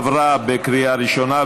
עברה בקריאה ראשונה,